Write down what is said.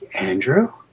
Andrew